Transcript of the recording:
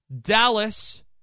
Dallas